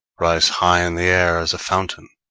rise high in the air as a fountain.